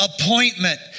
appointment